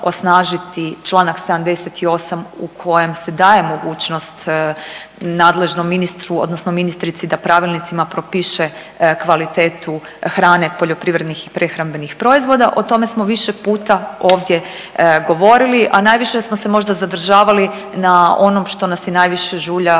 osnažiti članak 78. u kojem se daje mogućnost nadležnom ministru, odnosno ministrici da pravilnicima propiše kvalitetu hrane poljoprivrednih i prehrambenih proizvoda o tome smo više puta ovdje govorili, a najviše smo se možda zadržavali na onom što nas najviše žulja,